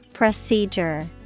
Procedure